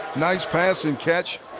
nice pass and catch.